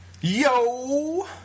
Yo